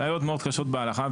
בעיות מאוד קשות בהלכה,